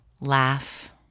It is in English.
laugh